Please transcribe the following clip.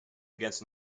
against